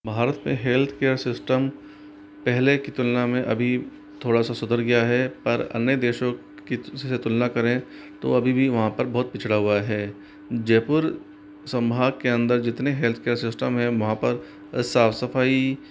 भारत में health care system पहले की तुलना में अभी थोड़ा सा सुधर गया है पर अन्य देशों की तुलना करें तो अभी भी वहाँ पर बहुत पिछड़ा हुआ है जयपुर संभाग के अंदर जितने हेल्थ केयर सिस्टम है वहाँ पर साफ़ सफ़ाई